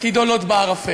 עתידו לוט בערפל.